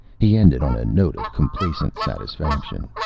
he ended, on a note of complacent satisfaction.